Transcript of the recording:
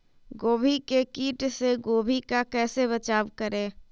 गोभी के किट से गोभी का कैसे बचाव करें?